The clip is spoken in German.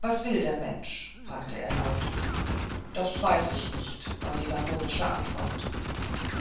was will der mensch fragte er laut das weiß ich nicht war die lakonische antwort